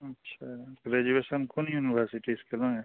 अच्छा ग्रेजुएशन कोन इन्वरर्सिटी से केलहुॅं